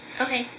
Okay